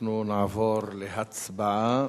אנחנו נעבור להצבעה